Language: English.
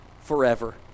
forever